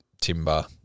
timber